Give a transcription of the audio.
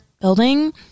building